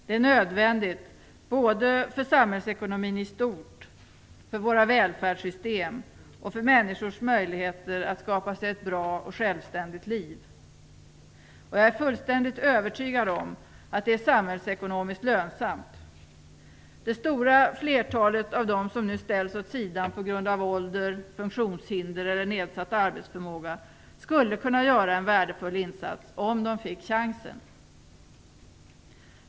Det är nödvändigt, både för samhällsekonomin i stort, för våra välfärdssystem och för människors möjligheter att skapa sig ett bra och självständigt liv. Jag är fullständigt övertygad om att det är samhällsekonomiskt lönsamt. Det stora flertalet av dem som nu ställs åt sidan på grund av ålder, funktionshinder eller nedsatt arbetsförmåga skulle kunna göra en värdefull insats om de fick chansen.